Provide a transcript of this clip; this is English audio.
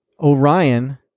Orion